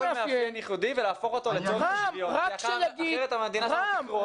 מאפיין ייחודי ולהפוך אותו ל- -- אחרת המדינה שלנו תקרוס.